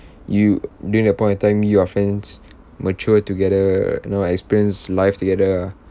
you during that point of time you your friends mature together know like experience life together